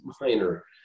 minor